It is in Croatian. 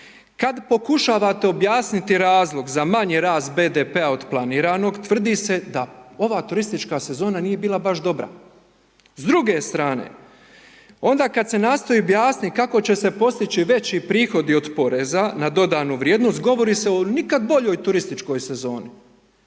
Kad pokušavate objasniti razlog za manji rast BDP-a od planiranoga, tvrdi se da ova turistička sezona nije bila baš dobra. S druge strane, onda kada se nastoji objasniti kako će se postići veći prihodi od PDV-a govori se o nikada boljoj turističkoj sezoni.